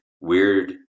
weird